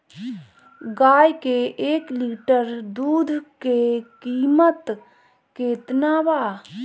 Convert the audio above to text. गाय के एक लीटर दूध के कीमत केतना बा?